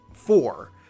four